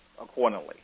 accordingly